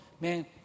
Man